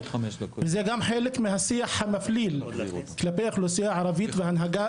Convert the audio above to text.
וזה גם חלק מהשיח המפליל כלפי האוכלוסייה הערבית וההנהגה